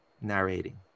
narrating